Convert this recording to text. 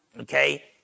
okay